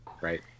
right